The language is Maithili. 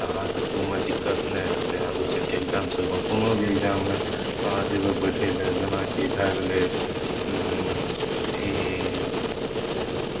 तऽ अहाँ सभकेँ ओहिमे दिक्कत नहि हेतै आगू चलि कऽ एग्जाम सभमे कोनो भी एग्जाममे अहाँ जयबै बैठय लए जेनाकि भए गेलै ई